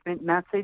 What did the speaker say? message